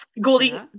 Goldie